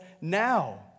now